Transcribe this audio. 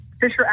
Fisher